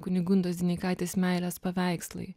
kunigundos dineikaitės meilės paveikslai